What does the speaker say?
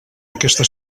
aquesta